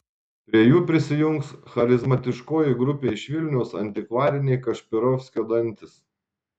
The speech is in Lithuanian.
prie jų prisijungs charizmatiškoji grupė iš vilniaus antikvariniai kašpirovskio dantys